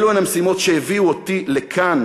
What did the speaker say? אלה המשימות שהביאו אותי לכאן